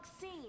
scene